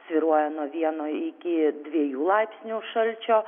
svyruoja nuo vieno iki dviejų laipsnių šalčio